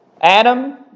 Adam